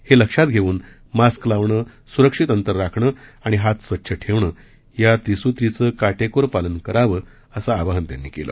हे लक्षात घेऊन मास्क लावणं सुरक्षित अंतर राखणं आणि हात स्वच्छ ठेवणं या त्रिसुत्रीचं काटेकोर पालन करावं असं आवाहन त्यांनी केलं